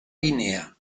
guinea